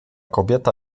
kobieta